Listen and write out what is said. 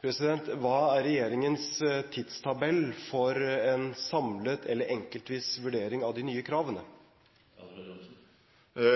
Hva er regjeringens tidstabell for en samlet eller enkeltvis vurdering av de nye kravene? Når det